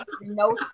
No